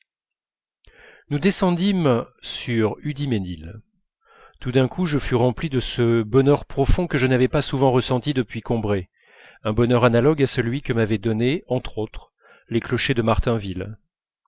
nous descendîmes sur hudimesnil tout d'un coup je fus rempli de ce bonheur profond que je n'avais pas souvent ressenti depuis combray un bonheur analogue à celui que m'avaient donné entre autres les clochers de martainville